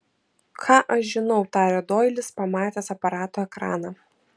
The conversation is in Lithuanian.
ką aš žinau tarė doilis pamatęs aparato ekraną